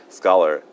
scholar